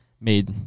made